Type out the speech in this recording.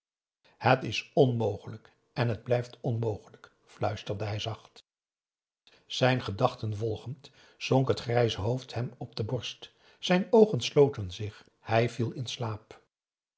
het is onmogelijk en het blijft onmogelijk fluisterde hij p a daum hoe hij raad van indië werd onder ps maurits zacht zijn gedachten volgend zonk het grijze hoofd hem op de borst zijn oogen sloten zich hij viel in slaap